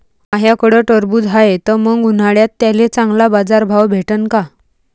माह्याकडं टरबूज हाये त मंग उन्हाळ्यात त्याले चांगला बाजार भाव भेटन का?